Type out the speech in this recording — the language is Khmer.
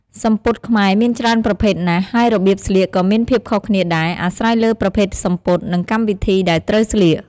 សំពត់ខ្មែរមានច្រើនប្រភេទណាស់ ហើយរបៀបស្លៀកក៏មានភាពខុសគ្នាដែរ អាស្រ័យលើប្រភេទសំពត់ និងកម្មវិធីដែលត្រូវស្លៀក។